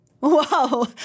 Wow